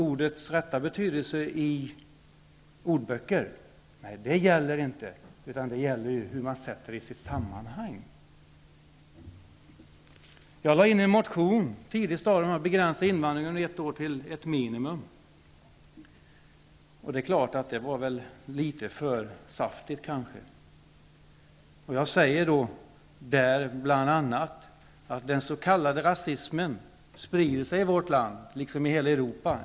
Ordets rätta betydelse enligt ordböcker anses inte gälla. Det gäller hur man sätter det i sitt sammanhang. Jag lade in en motion på ett tidigt stadium om att begränsa invandringen ett år till ett minimum. Det är klart att det kanske var litet för saftigt. I motionen säger jag bl.a. att den s.k. rasismen sprider sig i vårt land, liksom i hela Europa.